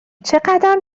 چقدم